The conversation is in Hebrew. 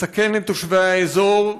מסכן את תושבי האזור,